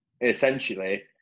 essentially